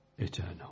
eternal